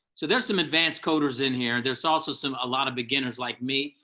so there's some advanced coders in here. there's also some a lot of beginners like me,